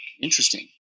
interesting